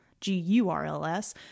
G-U-R-L-S